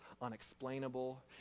unexplainable